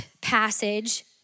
passage